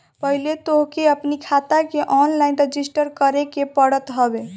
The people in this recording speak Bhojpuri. पहिले तोहके अपनी खाता के ऑनलाइन रजिस्टर करे के पड़त हवे